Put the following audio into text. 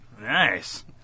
Nice